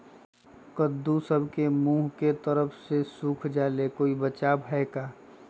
कददु सब के मुँह के तरह से सुख जाले कोई बचाव है का?